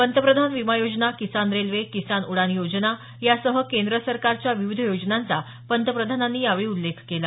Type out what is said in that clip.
पंतप्रधान विमा योजना किसान रेल्वे किसान उडान योजना यासह केंद्र सरकारच्या विविध योजनांचा पंतप्रधानांनी यावेळी उल्लेख केला